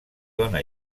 dona